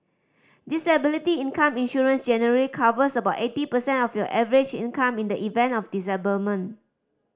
disability income insurance generally covers about eighty percent of your average income in the event of disablement